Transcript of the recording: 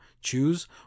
choose